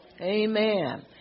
Amen